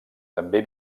també